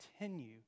continue